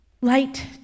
Light